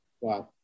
Wow